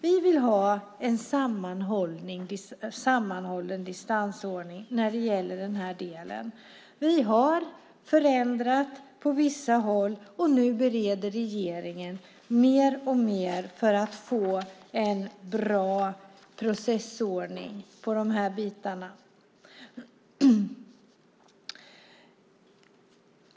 Vi vill ha en sammanhållen distansordning när det gäller den här delen. Vi har förändrat på vissa håll, och nu bereder regeringen mer och mer för att få en bra processordning i de här delarna.